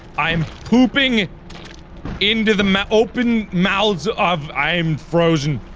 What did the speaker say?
i am pooping into the mo open mouths of i'm frozen